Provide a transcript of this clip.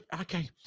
Okay